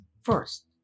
First